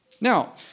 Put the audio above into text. Now